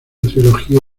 trilogía